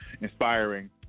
inspiring